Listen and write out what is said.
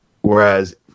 Whereas